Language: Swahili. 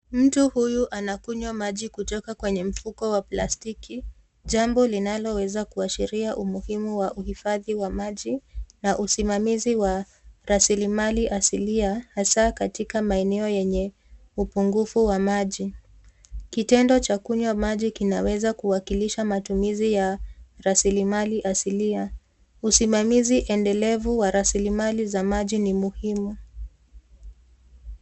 Mtu huyu anakunywa maji kutoka kwenye mfuko wa plastiki jambo linaloweza kuashiria umuhumu wa uhifadhi wa maji na usimamizi wa rasilimali asilia hasa katika maeneo yenye upungufu wa maji. Kitendo cha kunywa maji kinaweza kuwasilisha matumizi ya rasilimali asilia. Usimamizi endelevu wa rasilimali za maji ni muhimu.